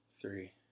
Three